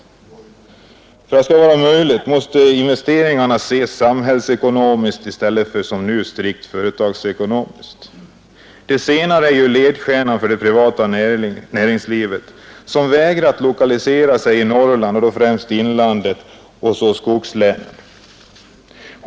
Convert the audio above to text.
För att det skall vara möjligt måste investeringarna ses samhällsekonomiskt i stället för som nu strikt företagsekonomiskt. Det senare är ju ledstjärnan för det privata näringslivet, som vägrat att lokalisera sig i Norrland, främst inlandet, samt skogslänen.